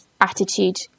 attitude